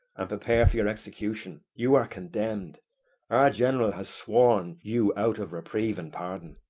and prepare for your execution you are condemned our general has sworn you out of reprieve and pardon.